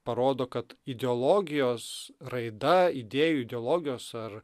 parodo kad ideologijos raida idėjų ideologijos ar